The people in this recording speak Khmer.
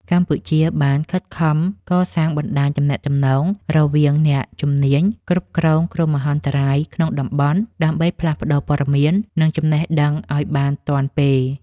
កម្ពុជាបានខិតខំកសាងបណ្តាញទំនាក់ទំនងរវាងអ្នកជំនាញគ្រប់គ្រងគ្រោះមហន្តរាយក្នុងតំបន់ ដើម្បីផ្លាស់ប្តូរព័ត៌មាន និងចំណេះដឹងឱ្យបានទាន់ពេល។